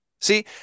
See